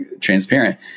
transparent